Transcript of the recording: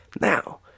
Now